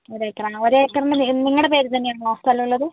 ഒരേക്കറാണ് ഒരേക്കറിന് നിങ്ങളുടെ പേരിൽത്തന്നെ ആണോ സ്ഥലമുള്ളത്